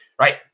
right